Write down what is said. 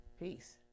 peace